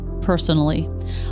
personally